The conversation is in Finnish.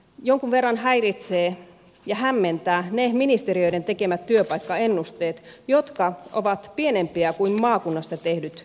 jonkun verran häiritsevät ja hämmentävät ne ministeriöiden tekemät työpaikkaennusteet jotka ovat pienempiä kuin maakunnassa tehdyt ennusteet